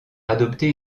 adopter